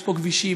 יש פה כבישים,